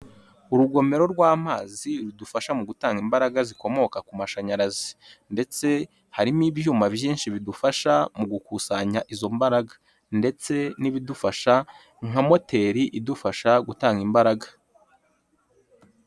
Urugomero rw'amazi rudufasha mu gutanga imbaraga zikomoka ku mashanyarazi ndetse harimo ibibyuma byinshi bidufasha mu gukusanya izo mbaraga ndetse n'ibidufasha nka moteri idufasha gutanga imbaraga.